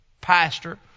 pastor